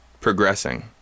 progressing